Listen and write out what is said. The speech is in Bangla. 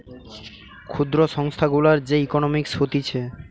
ক্ষুদ্র সংস্থা গুলার যে ইকোনোমিক্স হতিছে